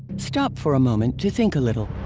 stop for a moment to think a little.